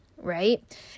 right